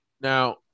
Now